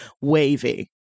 wavy